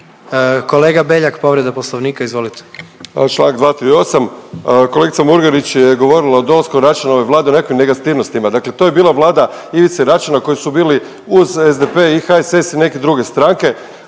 Kolega Beljak povreda Poslovnika, izvolite. **Beljak, Krešo (HSS)** Članak 238. Kolegica Murganić je govorila o dolasku Račanove vlade o nekim negativnostima. Dakle, to je bila vlada Ivice Račana koji su bili uz SDP i HSS i neke druge stranke.